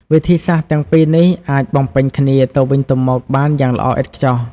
វិធីសាស្រ្តទាំងពីរនេះអាចបំពេញគ្នាទៅវិញទៅមកបានយ៉ាងល្អឥតខ្ចោះ។